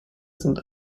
sind